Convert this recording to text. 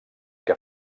que